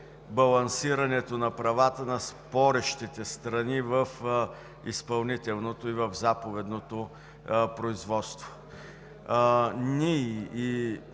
балансирането на правата на спорещите страни в изпълнителното и в заповедното производство.